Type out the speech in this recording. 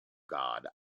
god